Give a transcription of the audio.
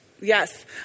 Yes